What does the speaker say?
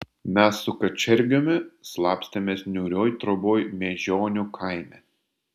mes su kačergiumi slapstėmės niūrioj troboj miežionių kaime